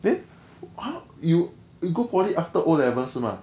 eh !huh! you you go poly after O levels 是吗